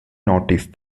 notice